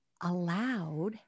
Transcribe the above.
allowed